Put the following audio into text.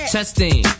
Testing